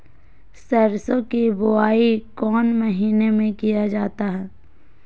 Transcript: सरसो की बोआई कौन महीने में किया जाता है?